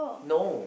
no